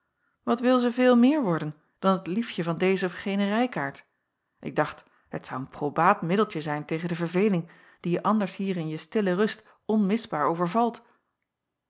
wat wil zij veel meer worden dan het liefje van dezen of genen rijkaard ik dacht het zou een probaat middeltje zijn tejacob van tegen de verveeling die je anders hier in je stille rust onmisbaar